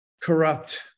corrupt